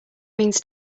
means